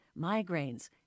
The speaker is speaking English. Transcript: migraines